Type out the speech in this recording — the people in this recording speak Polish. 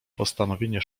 postanowienie